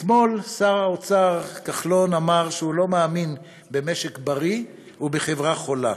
אתמול אמר שר האוצר כחלון שהוא לא מאמין במשק בריא ובחברה חולה.